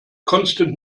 constant